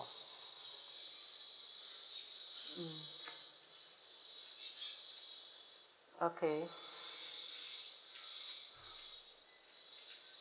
mm okay so